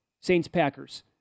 Saints-Packers